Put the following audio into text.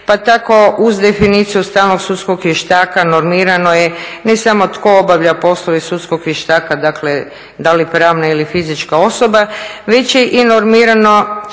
pa tako uz definiciju stalnog sudskog vještaka normirano je ne samo tko obavlja poslove sudskog vještaka, dakle da li pravna ili fizička osoba, već je i normirano